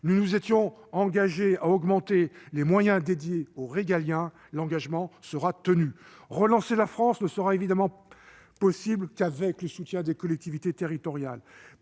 Nous nous étions engagés à renforcer les moyens du régalien : l'engagement sera tenu. Relancer la France ne sera évidemment possible qu'avec le soutien des collectivités territoriales.